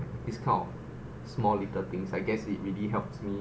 these kind of small little things I guess it really helps me